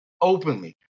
Openly